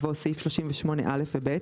יבוא "סעיף 38(א) ו-(ב)"